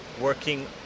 working